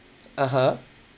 (uh huh)